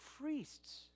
priests